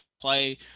play